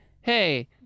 Hey